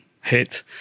hit